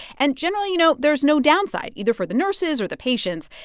and generally, you know, there's no downside, either for the nurses or the patients.